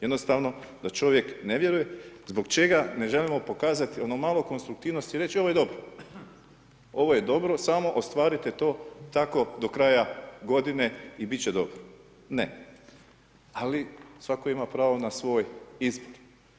Jednostavno da čovjek ne vjeruje zbog čega ne želimo pokazati ono malo konstruktivnosti i reći ovo je dobro, ovo je dobro samo ostvarite to tako do kraja godine i bit će dobro, ne ali svako ima pravo na svoj izbor.